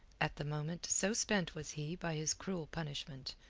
at the moment so spent was he by his cruel punishment,